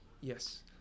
Yes